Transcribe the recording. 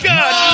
God